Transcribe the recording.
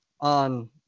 on